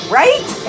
right